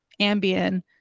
Ambien